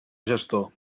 gestor